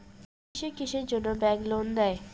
কিসের কিসের জন্যে ব্যাংক লোন দেয়?